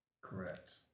Correct